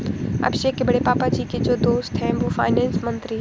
अभिषेक के बड़े पापा जी के जो दोस्त है वो फाइनेंस मंत्री है